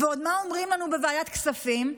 ועוד מה אומרים לנו בוועדת הכספים?